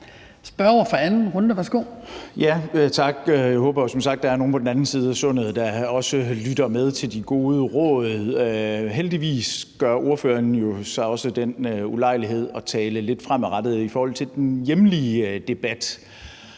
12:29 Carsten Bach (LA): Tak. Jeg håber som sagt, at der er nogen på den anden side af Sundet, der også lytter til de gode råd. Heldigvis gør ordføreren sig også den ulejlighed at tale lidt fremadrettet i forhold til den hjemlige debat,